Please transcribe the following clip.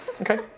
Okay